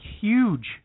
huge